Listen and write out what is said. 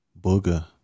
Booger